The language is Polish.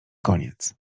koniec